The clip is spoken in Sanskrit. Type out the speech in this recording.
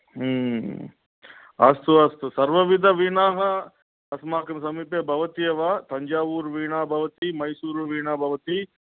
अस्तु अस्तु सर्वविधवीणाः अस्माकं समीपे भवति एव तञ्जावूरुवीणा भवति मैसूरुवीणा भवति